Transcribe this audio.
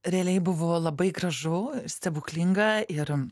realiai buvo labai gražu stebuklinga ir